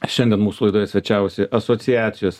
šiandien mūsų laidoj svečiavosi asociacijos